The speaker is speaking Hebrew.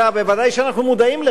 וודאי שאנחנו מודעים לכך,